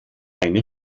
eine